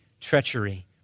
treachery